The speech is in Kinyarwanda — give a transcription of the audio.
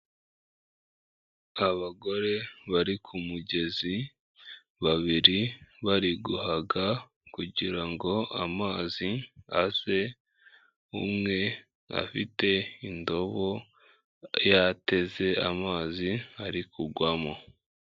Abagore bari ku kumugezi babiri, bari guhaga kugira ngo amazi aze, umwe afite indobo, yateze amazi ari kugwamo.